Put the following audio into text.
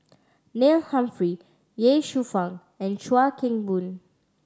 Neil Humphrey Ye Shufang and Chuan Keng Boon